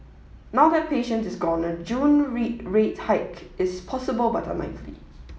now that patient is gone a June rate rate hike is possible but unlikely